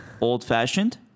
old-fashioned